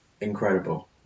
incredible